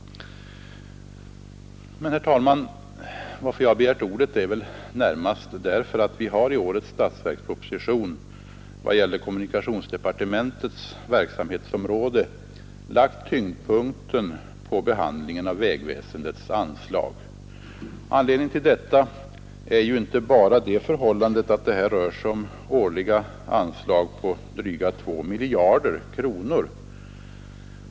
Men, herr talman, anledningen till att jag begärt ordet är närmast att vi i årets statsverksproposition vad gäller kommunikationsdepartementets verksamhetsområde har lagt tyngdpunkten på behandlingen av vägväsen dets anslag. Anledningen till detta är ju inte bara det förhållandet att det här rör sig om årliga anslag på dryga 2 miljarder kronor.